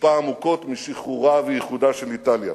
הושפע עמוקות משחרורה ואיחודה של איטליה,